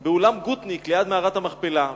לקיים באולם "גוטניק" ליד מערת המכפלה,